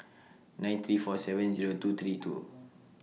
nine three four seven Zero two three two